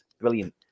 Brilliant